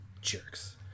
Jerks